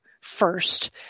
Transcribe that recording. first